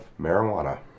marijuana